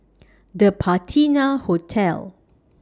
The Patina Hotel